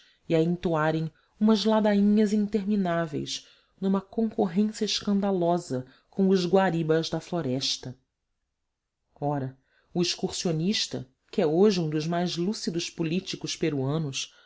e a entoarem umas ladainhas intermináveis numa concorrência escandalosa com os guaribas da floresta ora o excursionista que é hoje um dos mais lúcidos políticos peruanos